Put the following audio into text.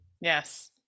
Yes